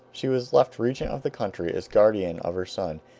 she was left regent of the country, as guardian of her son,